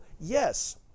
Yes